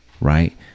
right